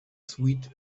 sweet